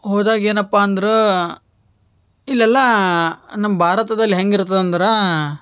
ಹೋದಾಗ ಏನಪ್ಪ ಅಂದ್ರೆ ಇಲ್ಲೆಲ್ಲ ನಮ್ಮ ಭಾರತದಲ್ಲಿ ಹೆಂಗಿರ್ತದೆ ಅಂದ್ರೆ